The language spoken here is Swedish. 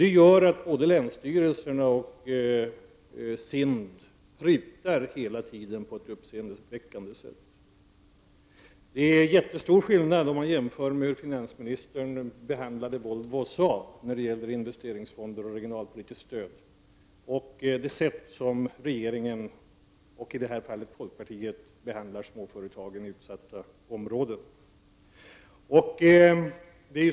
Det gör att både länsstyrelserna och SIND prutar hela tiden på ett uppseendeväckande sätt. Det är stor skillnad om man jämför hur finansministern behandlade Volvo och Saab när det gäller investeringsfonder och regionalpolitiskt stöd med hur regeringen, och i det här fallet folkpartiet, behandlar småföretagen i utsatta områden.